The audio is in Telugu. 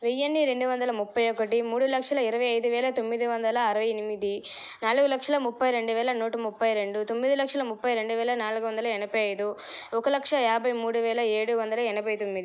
వెయ్యిన్ని రెండువందల ముప్పై ఒకటి మూడు లక్షల ఇరవై అయిదువేల తొమ్మిదివందల అరవైఎనిమిది నాలుగు లక్షల ముప్పైరెండువేల నూటముప్పైరెండు తొమ్మిదిలక్షల ముప్పైరెండువేల నాలుగువందల ఎనభైఐదు ఒక లక్ష యాభైమూడువేల ఏడువందల ఎనభైతొమ్మిది